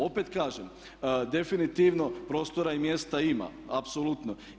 Opet kažem, definitivno prostora i mjesta ima apsolutno.